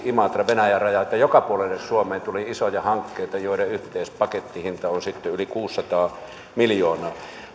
imatra venäjän raja yhteyttä että joka puolelle suomeen tuli isoja hankkeita joiden yhteispakettihinta on yli kuusisataa miljoonaa